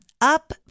Up